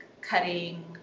cutting